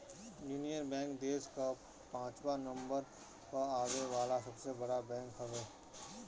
union Bank देस कअ पाचवा नंबर पअ आवे वाला सबसे बड़ बैंक हवे